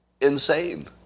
insane